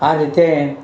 આ રીતે